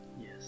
Yes